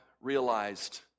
realized